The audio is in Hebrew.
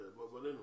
בינינו,